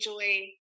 enjoy